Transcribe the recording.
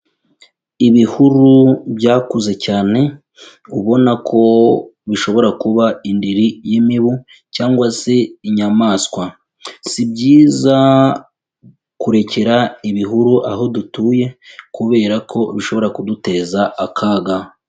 Ibihuru byakuze cyane, ubona ko bishobora kuba indiri y'imibu cyangwa se inyamaswa, si byiza kurekera ibihuru aho dutuye, kubera ko bishobora kuduteza akaga.